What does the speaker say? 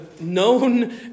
known